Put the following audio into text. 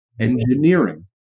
Engineering